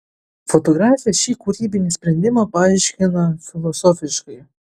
fotografė šį kūrybinį sprendimą paaiškina filosofiškai